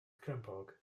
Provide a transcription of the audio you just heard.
crempog